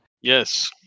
yes